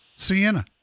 sienna